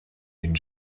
den